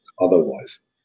otherwise